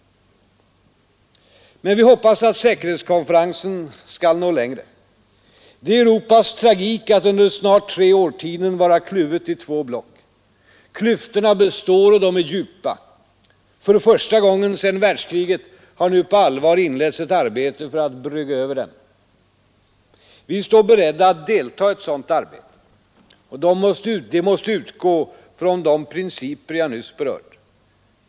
Men vi hoppas att säkerhetskonferensen skall nå längre. Det är Europas tragik att under snart tre årtionden vara kluvet i två block. Klyftorna består och de är djupa. För första gången sedan världskriget har nu på allvar inletts ett arbete för att brygga över dem. Vi står beredda att delta i ett sådant arbete. Detta måste utgå från de principer jag nyss berört.